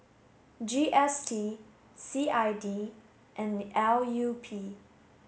G S T C I D and L U P